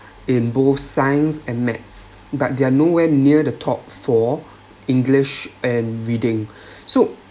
in both science and maths but they're nowhere near the top for english and reading so